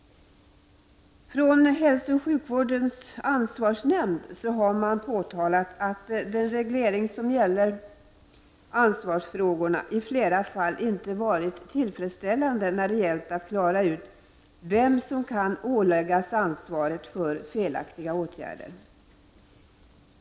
Från hälsooch sjukvårdens ansvarsnämnd har man påtalat att den reglering som gäller av ansvarsfrågorna i flera fall inte varit tillfredsställande när det gällt att klarar ut vem som kan åläggas ansvaret för felaktiga åtgärder.